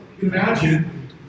imagine